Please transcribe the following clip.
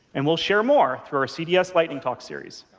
and we'll share more through our cds lightning talk series.